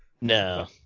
No